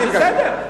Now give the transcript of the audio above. בסדר.